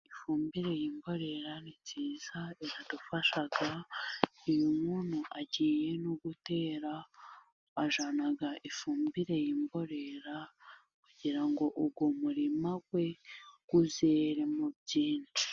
Ifumbire y'imborera ni nziza iradufasha. Iyo muntu agiye no gutera bajyana ifumbire y'imborera kugira ngo uwo murima we uzeremo byinshi.